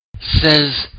says